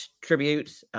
tribute